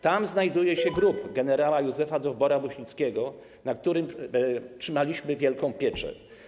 Tam znajduje się grób gen. Józefa Dowbora-Muśnickiego, nad którym trzymaliśmy wielką pieczę.